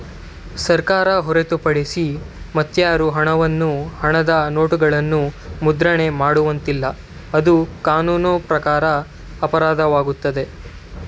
ಸರ್ಕಾರ ಹೊರತುಪಡಿಸಿ ಮತ್ಯಾರು ಹಣವನ್ನು ಹಣದ ನೋಟುಗಳನ್ನು ಮುದ್ರಣ ಮಾಡುವಂತಿಲ್ಲ, ಅದು ಕಾನೂನು ಪ್ರಕಾರ ಅಪರಾಧವಾಗುತ್ತದೆ